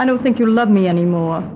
i don't think you love me any more